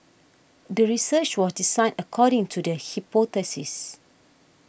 the research was designed according to the hypothesis